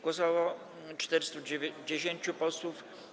Głosowało 410 posłów.